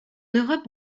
europe